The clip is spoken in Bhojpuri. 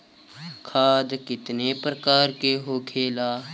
खाद कितने प्रकार के होखेला?